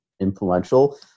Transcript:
influential